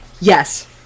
yes